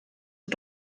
ist